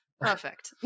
perfect